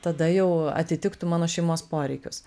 tada jau atitiktų mano šeimos poreikius